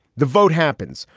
the vote happens.